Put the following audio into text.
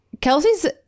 Kelsey's